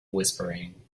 whispering